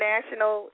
National